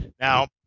Now